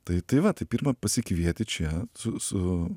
tai tai va tai pirma pasikvieti čia su su